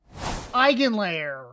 Eigenlayer